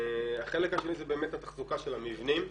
החלק השני זה באמת התחזוקה של המבנים.